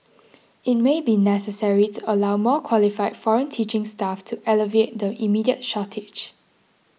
it may be necessary to allow more qualified foreign teaching staff to alleviate the immediate shortage